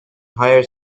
hire